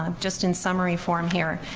um just in summary form, here.